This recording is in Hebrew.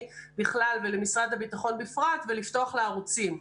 בכלל ולמשרד הביטחון בפרט ולפתוח לה ערוצים.